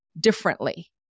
differently